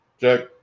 Jack